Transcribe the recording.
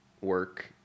work